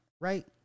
right